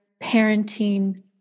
parenting